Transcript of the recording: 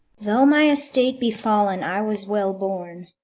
though my estate be fall'n, i was well born,